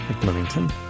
Bloomington